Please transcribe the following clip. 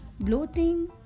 bloating